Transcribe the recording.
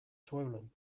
swollen